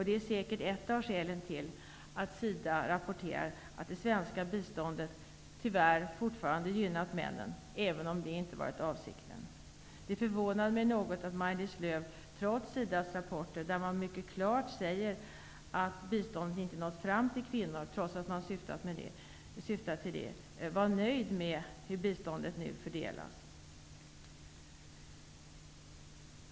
Det är säkert ett av skälen till att SIDA rapporterar att det svenska biståndet tyvärr fortfarande gynnar männen, även om det inte har varit avsikten. Det förvånar mig något att Maj-Lis Lööw, trots SIDA:s rapporter som mycket klart säger att biståndet inte nått fram till kvinnorna, är nöjd med hur biståndet fördelas.